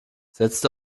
setzt